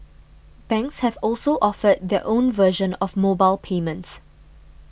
banks have also offered their own version of mobile payments